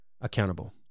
accountable